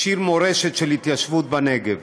השאיר מורשת של התיישבות בנגב.